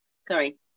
sorry